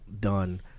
done